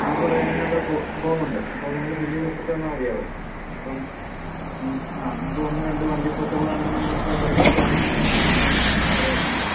നമുക്ക് ഇവിടെ അതിനുള്ള ഫോമുണ്ട് അപ്പം അത് നിങ്ങൾ ഫില്ല് ചെയ്ത് ഒപ്പിട്ട് തന്നാൽ മതിയാകും അപ്പം ആ നിങ്ങൾക്ക് വന്ന് കണ്ട് വണ്ടി സൂട്ടബ്ലാണെങ്കിൽ നിങ്ങൾക്ക് തിരഞ്ഞെടുക്കാവുന്നതാണ് വണ്ടിയുണ്ട് ധാരളമുണ്ട്